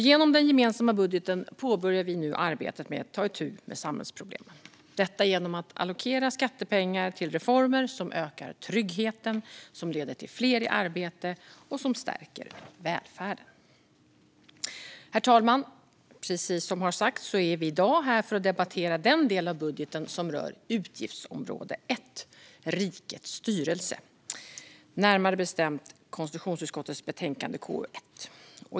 Genom den gemensamma budgeten påbörjar vi nu arbetet med att ta itu med samhällsproblemen, detta genom att allokera skattepengar till reformer som ökar tryggheten, som leder till fler i arbete och som stärker välfärden. Herr talman! Precis som har sagts är vi i dag här för att debattera den del av budgeten som rör utgiftsområde 1, Rikets styrelse, närmare bestämt konstitutionsutskottets betänkande KU1.